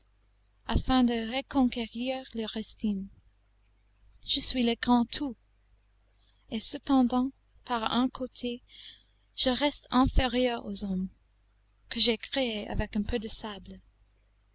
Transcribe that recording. afin de reconquérir leur estime je suis le grand tout et cependant par un côté je reste inférieur aux hommes que j'ai créés avec un peu de sable